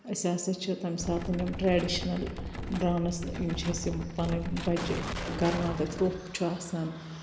أسۍ ہَسا چھِ تَمہِ ساتَن یِم ٹریڈِشنَل ڈانٕس یِم چھِ اَسہِ یِم پَنٕنۍ بَچہٕ کَرناوان تَتہِ روٚف چھُ آسان